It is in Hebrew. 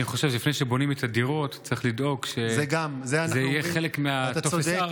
אני חושב שלפני שבונים את הדירות צריך לדאוג שזה יהיה חלק מטופס 4,